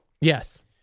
Yes